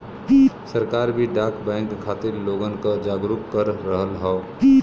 सरकार भी डाक बैंक खातिर लोगन क जागरूक कर रहल हौ